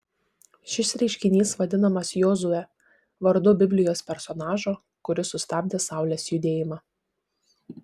šis reiškinys vadinamas jozue vardu biblijos personažo kuris sustabdė saulės judėjimą